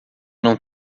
não